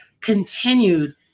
continued